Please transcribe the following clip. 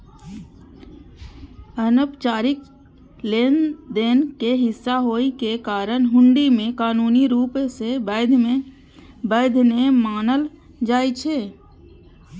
अनौपचारिक लेनदेन के हिस्सा होइ के कारण हुंडी कें कानूनी रूप सं वैध नै मानल जाइ छै